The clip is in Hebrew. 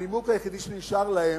הנימוק היחידי שנשאר להם,